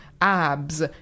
abs